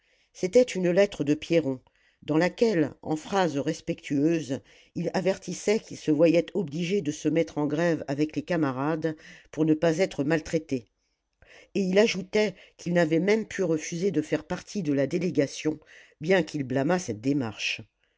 c'était une lettre de pierron dans laquelle en phrases respectueuses il avertissait qu'il se voyait obligé de se mettre en grève avec les camarades pour ne pas être maltraité et il ajoutait qu'il n'avait même pu refuser de faire partie de la délégation bien qu'il blâmât cette démarche